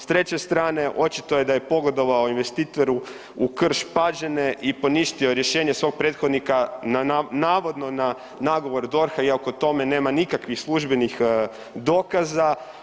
S treće strane, očito je da je pogodovao investitoru u Krš-Pađene i poništio rješenje svog prethodnika na navodno na nagovor DORH-a iako o tome nema nikakvih službenih dokaza.